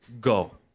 Go